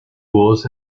voz